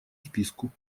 списку